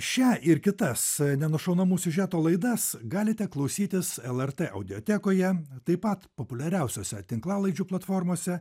šią ir kitas nenušaunamų siužetų laidas galite klausytis lrt audiotekoje taip pat populiariausiose tinklalaidžių platformose